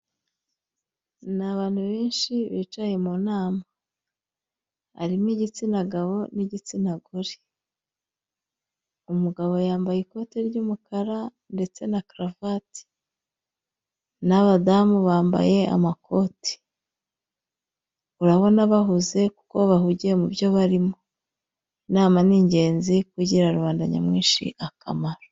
Ni abantu benshi bicaye mu nama. Harimo igitsina gabo n'igitsina gore. Umugabo yambaye ikote ry'umukara ndetse na karavate. n'abadamu bambaye amakoti. Urabona bahuze kuko bahugiye mu byo barimo. Inama ni ingenzi kuko igirira rubanda nyamwinshi akamaro.